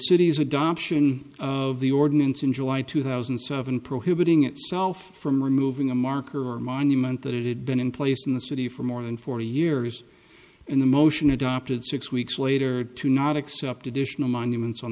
city's adoption of the ordinance in july two thousand and seven prohibiting itself from removing the marker or monument that it had been in place in the city for more than forty years and the motion adopted six weeks later to not accept additional monuments on